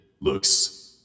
looks